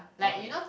okay